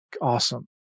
awesome